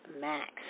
Max